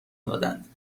دادند